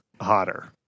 hotter